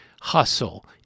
hustle